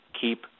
keep